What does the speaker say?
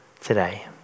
today